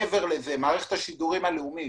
מעבר לזה מערכת השידורים הלאומית,